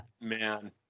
Man